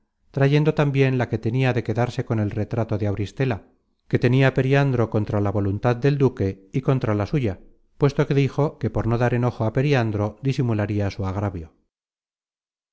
trayendo tambien la que tenia de quedarse con el retrato de auristela que tenia periandro contra la voluntad del duque y contra la suya puesto que dijo que por no dar enojo á periandro disimularia su agravio